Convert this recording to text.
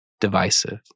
divisive